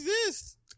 exist